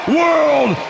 world